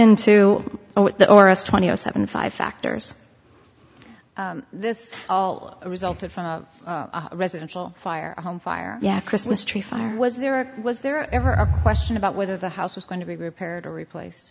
into the orus twenty zero seven five factors this all resulted from residential fire fire yeah christmas tree fire was there or was there ever a question about whether the house was going to be repaired or replace